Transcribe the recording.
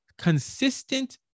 consistent